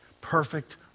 Perfect